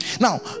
Now